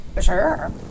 Sure